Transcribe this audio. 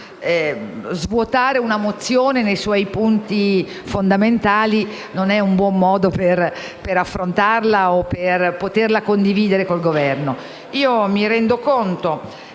svuotare una mozione nei suoi punti fondamentali non è un buon modo per affrontarla o per poterla condividere con il Governo. Mi rendo conto